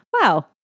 Wow